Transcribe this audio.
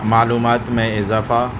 معلومات میں اضافہ